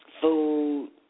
food